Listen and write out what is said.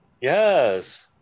Yes